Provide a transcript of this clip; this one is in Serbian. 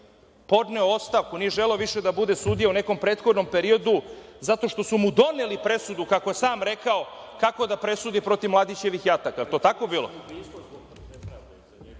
podneo ostavku, nije želeo više da bude sudija u nekom prethodnom periodu, zato što su mu doneli presudu kako je sam rekao, kako da presudi protiv Mladićevih jataka, jel tako bilo? Da